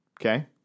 Okay